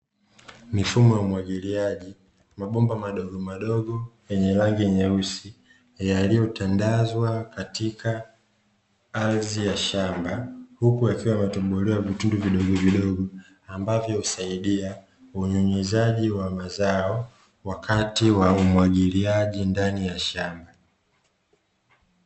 Mifumo ya umwagiliaji mabomba madogomadogo yenye rangi nyeusi yaliyotandazwa katika ardhi ya shamba, huku yakiwa yametobolewa vitundu vidogovidogo, ambavyo husaidia unyunyuzaji wa mazao wakati wa umwagiliaji ndani ya shamba.